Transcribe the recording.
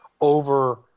over